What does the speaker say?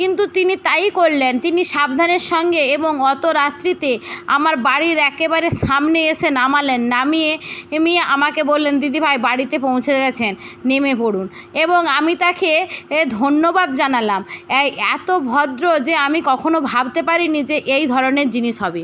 কিন্তু তিনি তাইই করলেন তিনি সাবধানের সঙ্গে এবং অতো রাত্রিতে আমার বাড়ির একেবারে সামনে এসে নামালেন নামিয়ে এমি আমাকে বললেন দিদিভাই বাড়িতে পৌঁছে গেছেন নেমে পড়ুন এবং আমি তাকে এ ধন্যবাদ জানালাম এই এতো ভদ্র যে আমি কখনো ভাবতে পারি নি যে এই ধরণের জিনিস হবে